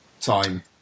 time